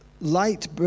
light